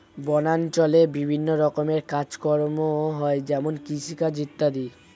বনাঞ্চলে বিভিন্ন রকমের কাজ কম হয় যেমন কৃষিকাজ ইত্যাদি